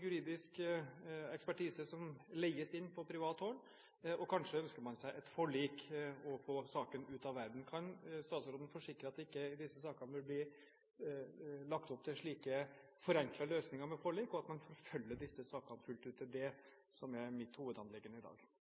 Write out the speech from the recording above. juridisk ekspertise som leies inn på privat hold. Kanskje ønsker man seg et forlik, å få saken ut av verden. Kan statsråden forsikre at det ikke i disse sakene vil bli lagt opp til slike forenklede løsninger med forlik, og at man forfølger disse sakene fullt ut? Det er det som er mitt hovedanliggende i dag.